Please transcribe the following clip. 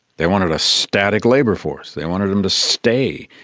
they wanted a static labour force, they wanted them to stay,